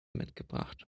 mitgebracht